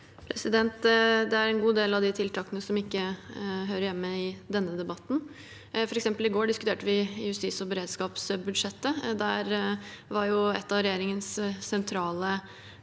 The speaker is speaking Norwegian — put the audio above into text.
Det er en god del av de tiltakene som ikke hører hjemme i denne debatten. For eksempel diskuterte vi justis- og beredskapsbudsjettet i går. Der var en av regjeringens sentrale